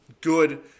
good